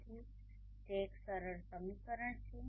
તેથી તે એક સરળ સમીકરણ છે